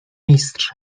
mistrz